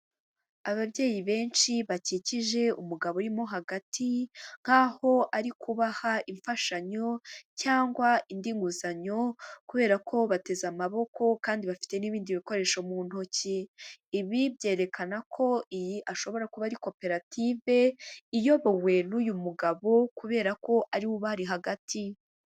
Ababyeyi benshi bakikije umugabo urimo hagati nk'aho ari kubaha imfashanyo cyangwa indi nguzanyo kubera ko bateze amaboko kandi bafite n'ibindi bikoresho mu ntoki, ibi byerekana ko iyi ashobora kuba ari koperative iyobowe n'uyu mugabo kubera ko ariwe bari hagati.